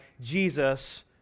Jesus